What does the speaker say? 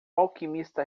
alquimista